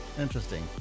Interesting